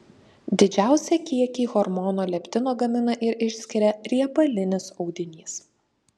didžiausią kiekį hormono leptino gamina ir išskiria riebalinis audinys